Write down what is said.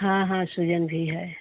हाँ हाँ सूजन भी है